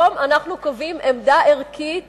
היום אנחנו קובעים עמדה ערכית,